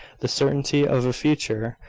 the certainty of a future,